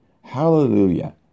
Hallelujah